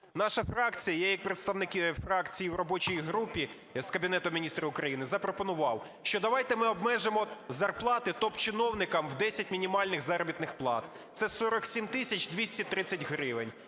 наша фракція, я як представник фракції в робочій групі з Кабінетом Міністрів України запропонував, що давайте ми обмежимо зарплати топ-чиновникам в 10 мінімальних заробітних плат - це 47 тисяч 230 гривень.